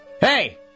Hey